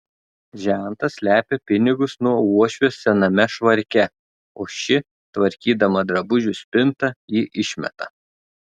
žentas slepia pinigus nuo uošvės sename švarke o ši tvarkydama drabužių spintą jį išmeta